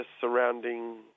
surrounding